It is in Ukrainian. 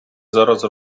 зараз